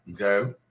Okay